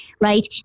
right